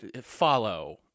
follow